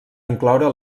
incloure